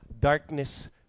darkness